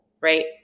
right